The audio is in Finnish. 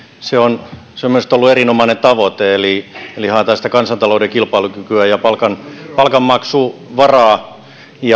se on se on minusta ollut erinomainen tavoite eli haetaan sitä kansantalouden kilpailukykyä ja palkanmaksuvaraa